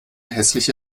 hässliche